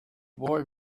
boy